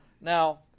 Now